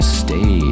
stay